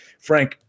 Frank